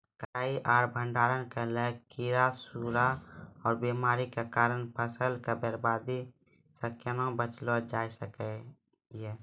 कटाई आर भंडारण के लेल कीड़ा, सूड़ा आर बीमारियों के कारण फसलक बर्बादी सॅ कूना बचेल जाय सकै ये?